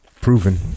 Proven